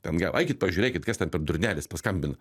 ten gal eikit pažiūrėkit kas ten per durnelis paskambina